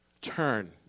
turn